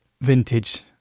vintage